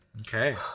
Okay